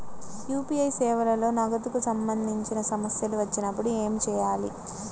UPI సేవలలో నగదుకు సంబంధించిన సమస్యలు వచ్చినప్పుడు ఏమి చేయాలి?